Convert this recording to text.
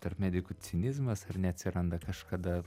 tarp medikų cinizmas ar ne atsiranda kažkada